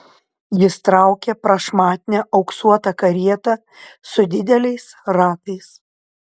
jis traukė prašmatnią auksuotą karietą su dideliais ratais